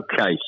Okay